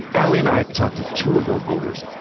ali and i talked to two of those voters,